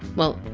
well,